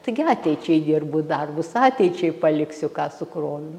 taigi ateičiai dirbu darbus ateičiai paliksiu ką sukroviau